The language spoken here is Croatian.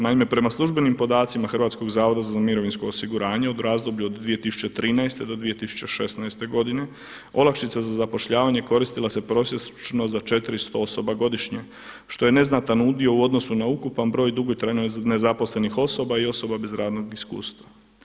Naime, prema službenim podacima Hrvatskog zavoda za mirovinsko osiguranje u razdoblju od 2013. do 2016. godine olakšica za zapošljavanje koristila se prosječno za 400 osoba godišnje što je neznatan udio u odnosu na ukupan broj dugotrajno nezaposlenih osoba i osoba bez radnog iskustva.